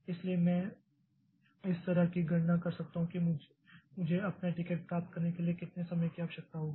इसलिए मैं इस तरह की गणना कर सकता हूं कि मुझे अपना टिकट प्राप्त करने के लिए कितने समय की आवश्यकता होगी